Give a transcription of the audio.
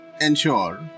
ensure